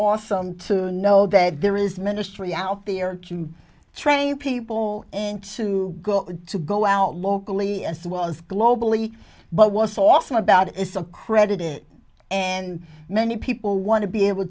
awesome to know that there is ministry out there to train people and to go to go out locally as well as globally but was also about as a credit and many people want to be able